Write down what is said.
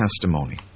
testimony